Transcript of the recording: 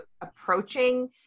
approaching